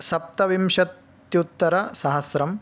सप्तविंशत्युत्तरसहस्रम्